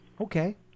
Okay